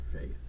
faith